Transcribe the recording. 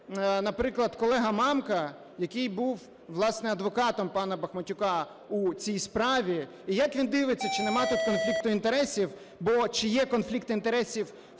наприклад, колега Мамка, який був, власне, адвокатом пана Бахматюка у цій справі? І як він дивиться, чи немає тут конфлікту інтересів? Бо, чи є конфлікт інтересів